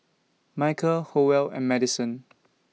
Micah Howell and Maddison